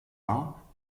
war